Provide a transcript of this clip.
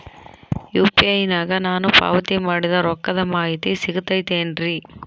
UPI ನಾಗ ನಾನು ಪಾವತಿ ಮಾಡಿದ ರೊಕ್ಕದ ಮಾಹಿತಿ ಸಿಗುತೈತೇನ್ರಿ?